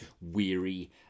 weary